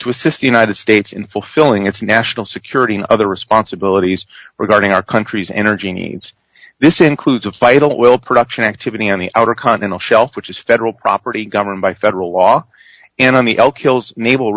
to assist the united states in fulfilling its national security and other responsibilities regarding our country's energy needs this includes a vital it will production activity on the outer continental shelf which is federal property governed by federal law and on the